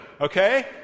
Okay